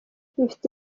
ifite